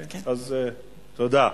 תודה.